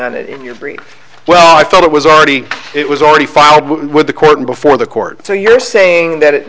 on it in your brief well i thought it was already it was already filed with the court and before the court so you're saying that